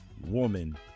woman